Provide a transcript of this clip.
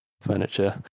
furniture